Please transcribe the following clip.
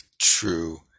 true